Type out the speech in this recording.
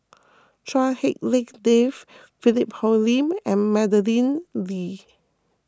Chua Hak Lien Dave Philip Hoalim and Madeleine Lee